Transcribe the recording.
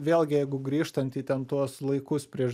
vėlgi jeigu grįžtant į ten tuos laikus prieš